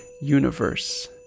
universe